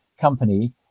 company